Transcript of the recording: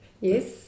Yes